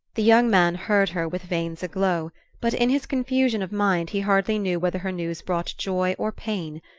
the young man heard her with veins aglow but in his confusion of mind he hardly knew whether her news brought joy or pain.